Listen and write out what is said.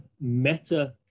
meta